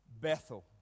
Bethel